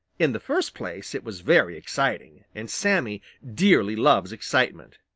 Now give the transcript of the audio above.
in the first place it was very exciting, and sammy dearly loves excitement.